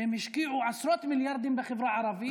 שהם השקיעו עשרות מיליארדים בחברה הערבית,